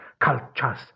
cultures